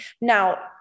Now